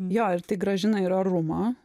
jo ir tai grąžina ir orumą